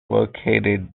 located